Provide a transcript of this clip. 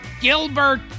Gilbert